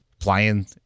playing